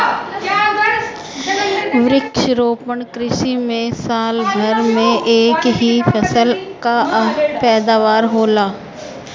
वृक्षारोपण कृषि में साल भर में एक ही फसल कअ पैदावार होला